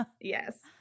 Yes